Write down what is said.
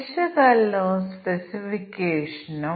കൂടാതെ എല്ലാ ആഭ്യന്തര വിമാനങ്ങൾക്കും ഭക്ഷണം ഈടാക്കും